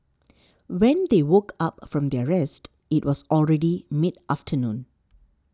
when they woke up from their rest it was already mid afternoon